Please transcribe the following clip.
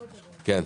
כן,